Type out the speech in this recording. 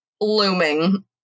Looming